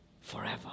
forever